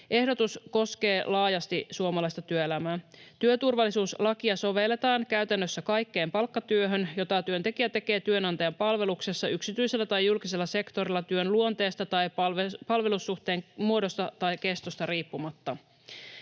Ehdotus koskee laajasti suomalaista työelämää. Työturvallisuuslakia sovelletaan käytännössä kaikkeen palkkatyöhön, jota työntekijä tekee työnantajan palveluksessa yksityisellä tai julkisella sektorilla työn luonteesta tai palvelussuhteen muodosta tai kestosta riippumatta.